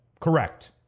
Correct